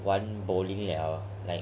玩 bowling 了 like